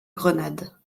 grenade